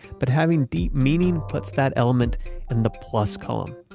but having deep meaning puts that element in the plus column.